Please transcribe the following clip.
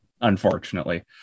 unfortunately